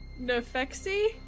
Nefexi